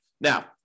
Now